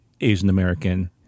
Asian-American